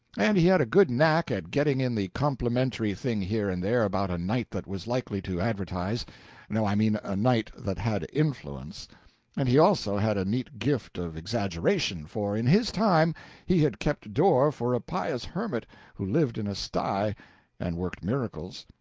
and he had a good knack at getting in the complimentary thing here and there about a knight that was likely to advertise no, i mean a knight that had influence and he also had a neat gift of exaggeration, for in his time he had kept door for a pious hermit who lived in a sty and worked miracles.